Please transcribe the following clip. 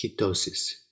ketosis